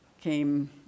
came